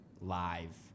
live